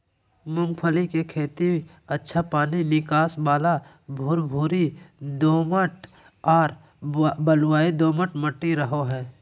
मूंगफली के खेती अच्छा पानी निकास वाला भुरभुरी दोमट आर बलुई दोमट मट्टी रहो हइ